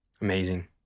Amazing